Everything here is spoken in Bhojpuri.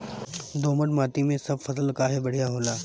दोमट माटी मै सब फसल काहे बढ़िया होला?